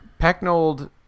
Pecknold